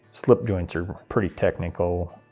slip joints are pretty technical.